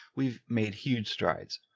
we've made huge strides.